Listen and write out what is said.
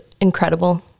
incredible